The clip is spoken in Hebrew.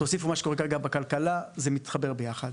תוסיפו את מה שקורה כרגע בכלכלה, זה מתחבר ביחד.